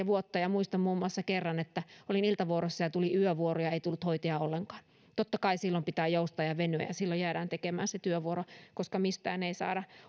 vuotta ja muistan muun muassa kerran kun olin iltavuorossa ja tuli yövuoro eikä tullut hoitajaa ollenkaan totta kai silloin pitää joustaa ja venyä ja silloin jäädään tekemään se työvuoro koska mistään ei saada